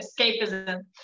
escapism